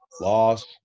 loss